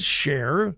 share